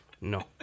No